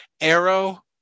arrow